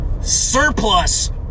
surplus